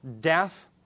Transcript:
Death